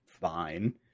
fine